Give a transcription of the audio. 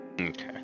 Okay